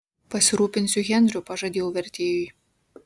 pasirūpinsiu henriu pažadėjau vertėjui